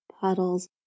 puddles